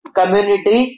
community